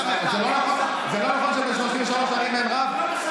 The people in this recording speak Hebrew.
זה לא נכון שב-33 ערים אין רב?